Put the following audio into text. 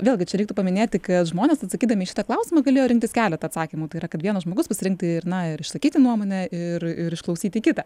vėlgi čia reiktų paminėti kad žmonės atsakydami į šitą klausimą galėjo rinktis keletą atsakymų tai yra kad vienas žmogus pasirinkti ir na ir išsakyti nuomonę ir ir išklausyti kitą